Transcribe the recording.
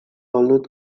olnud